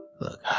Look